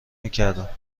میکردم